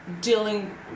dealing